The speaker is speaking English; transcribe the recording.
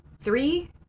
three